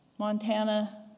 Montana